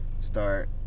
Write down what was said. Start